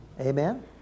Amen